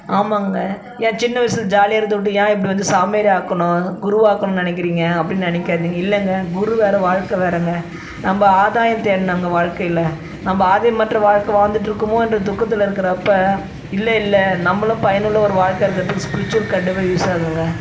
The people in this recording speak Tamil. ஆமாங்க ஏன் சின்ன வயசில் ஜாலியாக இருக்கிறத விட்டு ஏன் இப்படி வந்து சாமியார் ஆக்கணும் குருவாக்கணும்னு நினைக்குறீங்க அப்படினு நினைக்காதீங்க இல்லைங்க குரு வேறு வாழ்க்கை வேறுங்க நம்ம ஆதாயம் தேடணுங்க வாழ்க்கையில் நம்ம ஆதாயமற்ற வாழ்க்கை வாழ்ந்துகிட்டு இருக்குமோ என்ற தூக்கத்தில் இருக்கிறப்ப இல்லை இல்லை நம்மளும் பயனுள்ள ஒரு வாழ்க்கை இருக்கிறதுக்கு ஸ்ப்ரிச்சுவல் கண்டிப்பாக யூஸ் ஆகுங்க